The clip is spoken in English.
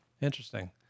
Interesting